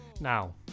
now